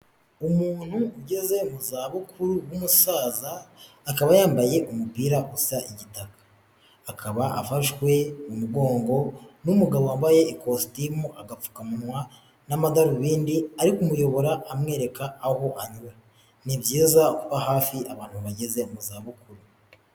Umuntu ugeze mu zabukuru w'umusaza, akaba yambaye umupira usa igitaka, akaba afashwe mu mugongo n'umugabo wambaye ikositimu, agapfukamunwa n'amadarubindi ari kumuyobora amwereka aho anyura. Ni byiza kuba hafi abantu bageze mu zabukuru.